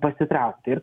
pasitraukti ir